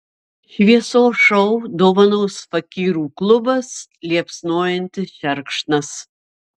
šviesos šou dovanos fakyrų klubas liepsnojantis šerkšnas